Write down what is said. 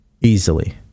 easily